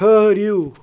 ٹھٕہرِو